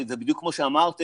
זה בדיוק כמו שאמרתם,